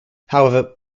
however